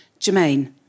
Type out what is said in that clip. Jermaine